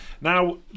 Now